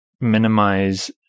minimize